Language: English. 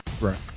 Right